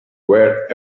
were